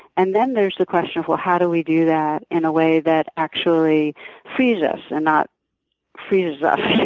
and then there's the question, well, how do we do that in a way that actually frees us and not freezes us? right.